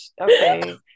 Okay